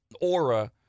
aura